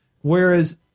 whereas